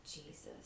Jesus